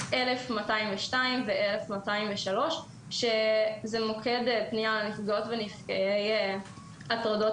1202 ו-1203 שזה מוקד פנייה לנפגעי הטרדות